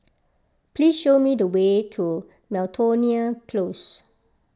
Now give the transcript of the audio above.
please show me the way to Miltonia Close